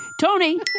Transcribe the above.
tony